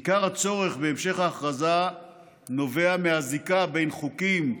עיקר הצורך בהמשך ההכרזה נובע מהזיקה בין חוקים,